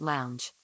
Lounge